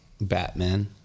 Batman